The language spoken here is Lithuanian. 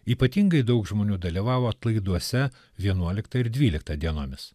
ypatingai daug žmonių dalyvavo atlaiduose vienuoliktą ir dvyliktą dienomis